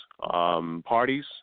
parties